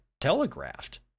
telegraphed